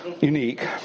unique